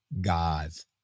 God's